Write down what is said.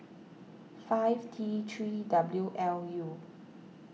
five T three W L U